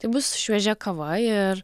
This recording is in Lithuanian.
tai bus šviežia kava ir